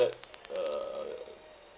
that err